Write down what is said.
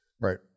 right